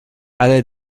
alle